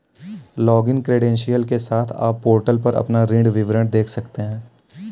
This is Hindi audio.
लॉगिन क्रेडेंशियल के साथ, आप पोर्टल पर अपना ऋण विवरण देख सकते हैं